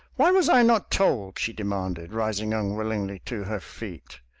why was i not told? she demanded, rising unwillingly to her feet.